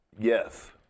Yes